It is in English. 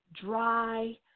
dry